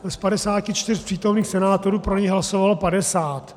Z 54 přítomných senátorů pro něj hlasovalo 50.